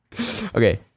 Okay